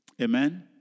Amen